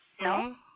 No